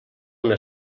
una